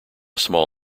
small